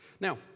Now